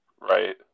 Right